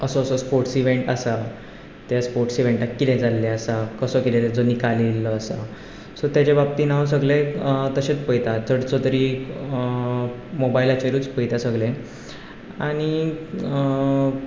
असो असो sports event आसा त्या स्पोर्ट्स इव्हेंटाक कितें जाल्लें आसा कसो कितें ताचो निकाल येल्लो आसा सो तेचे बाबतींत हांव सगळें तशेंच पळयतां हांव चडसो तरी मोबायलाचेरूच पळयता सगळें आनी